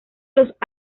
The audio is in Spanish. los